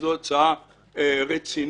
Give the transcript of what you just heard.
שזו הצעה רצינית,